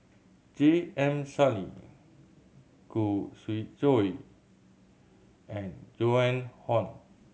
J M Sali Khoo Swee Chiow and Joan Hon